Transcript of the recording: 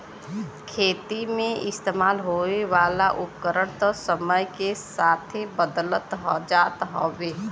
खेती मे इस्तेमाल होए वाला उपकरण त समय के साथे बदलत जात हउवे